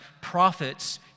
prophets